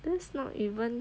that's not even